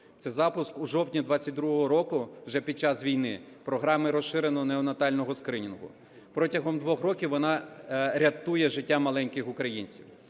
Це запуск у жовтні 22-го року, вже під час війни, програми розширеного неонатального скринінгу. Протягом 2 років вона рятує життя маленьких українців.